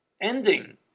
Ending